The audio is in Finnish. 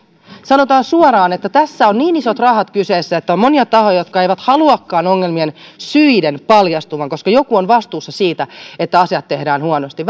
sanotaan suoraan että tässä ovat niin isot rahat kyseessä että on monia tahoja jotka eivät haluakaan ongelmien syiden paljastuvan koska joku on vastuussa siitä että asiat tehdään huonosti